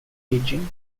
aging